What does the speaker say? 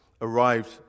arrived